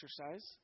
exercise